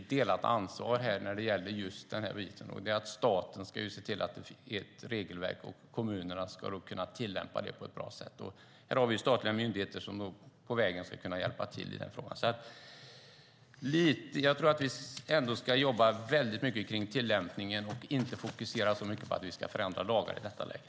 Staten ska se till att det finns ett regelverk, och kommunerna ska kunna tillämpa det på ett bra sätt. Jag tror att vi ska jobba mycket med tillämpningen och inte fokusera så mycket på att förändra lagar i detta läge.